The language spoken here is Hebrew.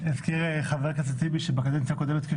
חבר הכנסת הזכיר שבקדנציה הקודמת של